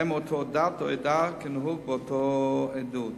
והם מאותה דת או עדה כנהוג באותן עדות.